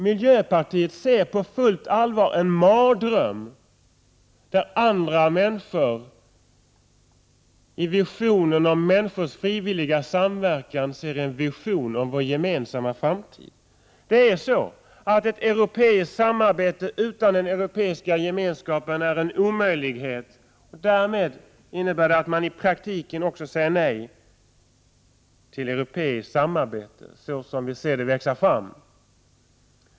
Miljöpartiet ser på fullt allvar en mardröm där andra ser visioner om människors frivilliga samverkan och om vår gemensamma framtid. Ett europeiskt samarbete utan Europeiska gemenskapen är en omöjlighet. Det innebär i praktiken att man också säger nej till europeiskt samarbete, så som vi ser det växa fram.